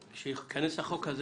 כשייכנס החוק הזה